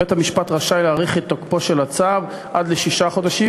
בית-המשפט רשאי להאריך את תוקפו של הצו עד לשישה חודשים,